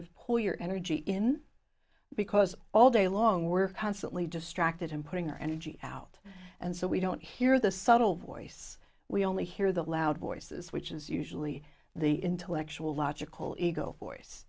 of pour your energy in because all day long we're constantly distracted him putting our energy out and so we don't hear the subtle voice we only hear the loud voices which is usually the intellectual logical ego voice